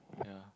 yeah